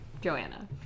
Joanna